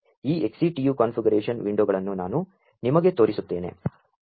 ಈ XCTU configuration ವಿಂ ಡೋ ಗಳನ್ನು ನಾ ನು ನಿಮಗೆ ತೋ ರಿಸು ತ್ತೇ ನೆ